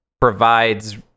provides